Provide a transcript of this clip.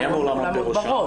מי אמור לעמוד בראשה?